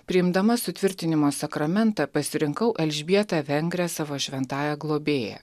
priimdama sutvirtinimo sakramentą pasirinkau elžbietą vengrę savo šventąja globėja